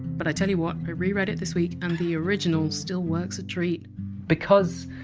but i tell you what, i reread it this week, and the original still works a treat because